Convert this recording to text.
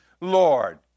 Lord